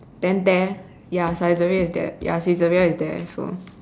then there ya Saizeriya is there ya Saizeriya is there so